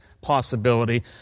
possibility